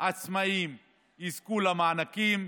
עצמאים יזכו למענקים,